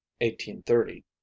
1830